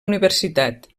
universitat